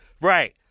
Right